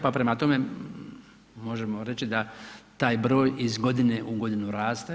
Pa prema tome, možemo reći da taj broj iz godine u godinu raste.